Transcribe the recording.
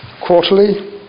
quarterly